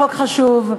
מה שחשוב,